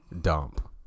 dump